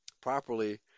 properly